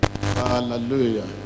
Hallelujah